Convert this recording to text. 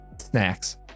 snacks